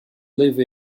live